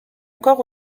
encore